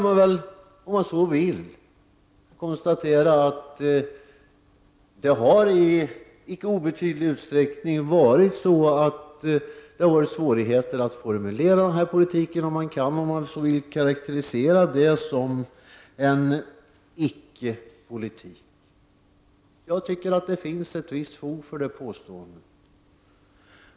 Man kan, om man så vill, konstatera att det i icke obetydlig utsträckning har varit svårigheter att formulera denna politik, och detta kan naturligtvis karakteriseras som en icke-politik. Jag tycker att det finns ett visst fog för detta påstående.